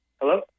Hello